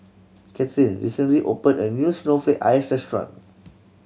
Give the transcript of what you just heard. Kathern recently opened a new snowflake ice restaurant